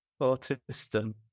Autism